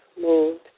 moved